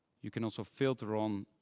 you can also filter on